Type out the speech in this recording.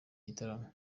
gitaramo